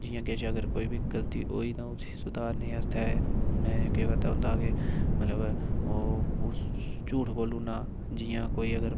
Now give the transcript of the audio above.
जि'यां किश अगर कोई गलती होई ते उसी सधारने आस्तै में केह् करदा होंदा हा कि मतलब ओह् ओस झूठ बोली ओड़ना जियां कोई अगर